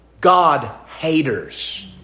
God-haters